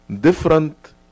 different